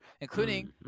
including